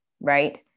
right